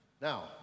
Now